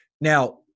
Now